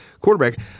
quarterback